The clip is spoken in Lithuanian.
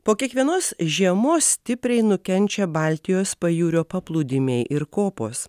po kiekvienos žiemos stipriai nukenčia baltijos pajūrio paplūdimiai ir kopos